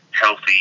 healthy